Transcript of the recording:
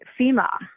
FEMA